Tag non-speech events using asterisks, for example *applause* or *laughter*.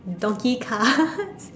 donkey cards *laughs*